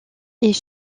est